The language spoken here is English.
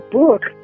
book